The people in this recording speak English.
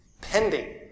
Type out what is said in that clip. pending